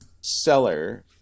seller